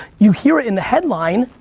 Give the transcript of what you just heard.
you hear it in the headline,